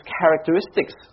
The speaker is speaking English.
characteristics